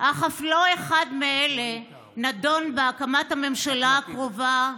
אך אף לא אחד מאלה נדון בהקמת הממשלה הקרובה.